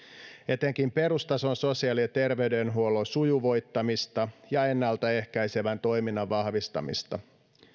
etenkin perustason sosiaali ja terveydenhuollon sujuvoittamista ja ennalta ehkäisevän toiminnan vahvistamista